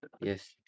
Yes